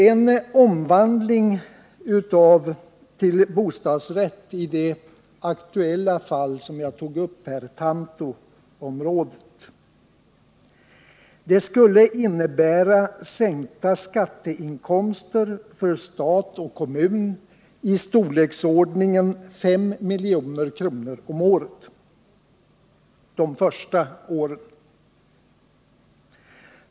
En omvandling till bostadsrätt i det aktuella fall som jag tog upp — Tantoområdet — skulle innebära sänkta skatteinkomster för stat och kommun i storleksordningen 5 milj.kr. om året de första åren.